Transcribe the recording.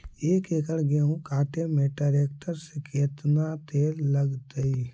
एक एकड़ गेहूं काटे में टरेकटर से केतना तेल लगतइ?